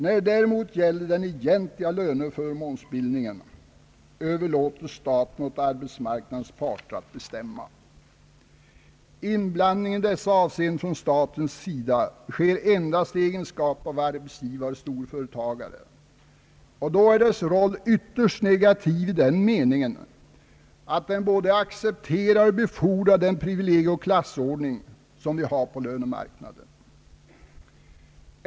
När det däremot gäller den egentliga löneoch förmånsbildningen överlåter staten åt arbetsmarknadens parter att bestämma. Inblandningen i dessa avseenden från statens sida sker endast i egenskap av arbetsgivare och storföretagare, och då är dess roll ytterst negativ i den meningen att den både accepterar och befordrar den privilegieoch klassordning som vi har på lönemarknaden.